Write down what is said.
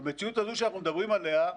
במציאות הזו שאנחנו מדברים עליה,